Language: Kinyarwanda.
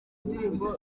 indirimbo